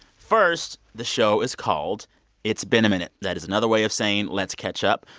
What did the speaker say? first, the show is called it's been a minute. that is another way of saying let's catch up.